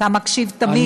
אתה מקשיב תמיד בקשב רב.